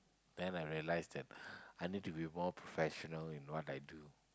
then I realise that I need to be more professional in what I do